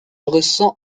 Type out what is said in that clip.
ressent